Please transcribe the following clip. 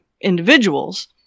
individuals